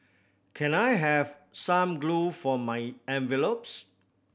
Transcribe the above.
can I have some glue for my envelopes